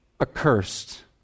accursed